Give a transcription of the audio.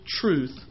truth